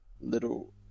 little